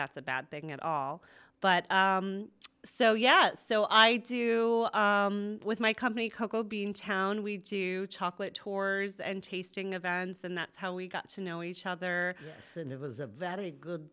that's a bad thing at all but so yeah so i do with my company cocoa bean town we do chocolate tours and tasting events and that's how we got to know each other since it was a very good